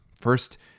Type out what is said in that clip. First